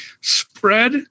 spread